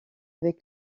avec